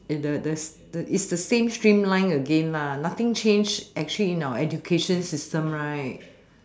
it's the the the it's the same streamline again lah nothing change actually in our education system right